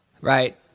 Right